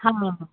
ਹਾਂ